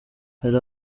hari